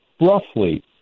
roughly